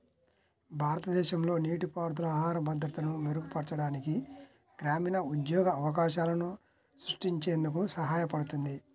భారతదేశంలో నీటిపారుదల ఆహార భద్రతను మెరుగుపరచడానికి, గ్రామీణ ఉద్యోగ అవకాశాలను సృష్టించేందుకు సహాయపడుతుంది